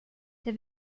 der